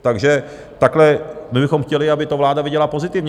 Takže takhle my bychom chtěli, aby to vláda viděla pozitivně.